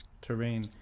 terrain